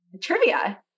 trivia